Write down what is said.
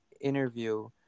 interview